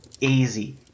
Easy